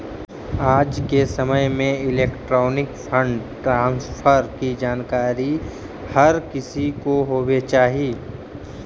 आज के समय में इलेक्ट्रॉनिक फंड ट्रांसफर की जानकारी हर किसी को होवे चाही